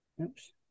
oops